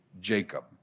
Jacob